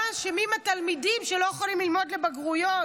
מה אשמים התלמידים, שלא יכולים ללמוד לבגרויות?